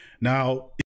Now